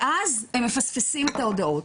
ואז הם מפספסים את ההודעות.